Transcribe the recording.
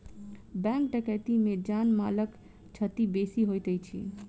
bank डकैती मे जान मालक क्षति बेसी होइत अछि